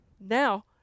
now